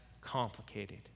complicated